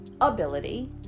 ability